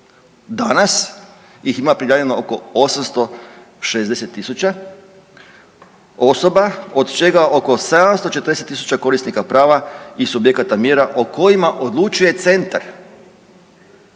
Danas ih ima prijavljeno oko 860.000 osoba od čega oko 740.000 korisnika prava i subjekata mjera o kojima odlučuje centar.